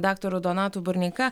daktaru donatu burneika